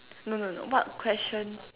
no no no what question